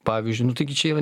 pavyzdžiui nu taigi čia yra